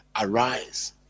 Arise